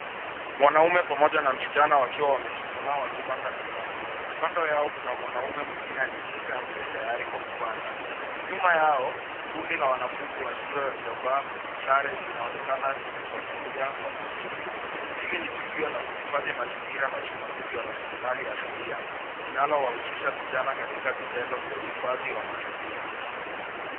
Mwanaume pamoja na msichana wakiwa wamechuchumaa wakipanda mimea. Kando yao kuna mwanaume mwingine aliyeshika mche tayari kwa kupanda. Nyuma yao kundi la wanafunzi wa shule waliovaa sare linaonekana likifuatilia kwa makini. Hili ni tukio la kuhifadhi mazingira na usimamizi wa rasilimali asilia linalowahusisha vijana katika vitendo vya uhifadhi wa mazingira.